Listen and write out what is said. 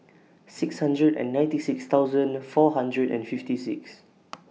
six hundred and ninety six thousand four hundred and fifty six